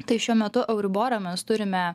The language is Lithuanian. tai šiuo metu euriborą mes turime